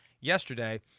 yesterday